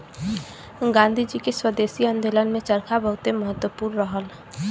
गांधी जी के स्वदेशी आन्दोलन में चरखा बहुते महत्व रहल